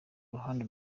ruhande